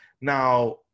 Now